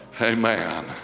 amen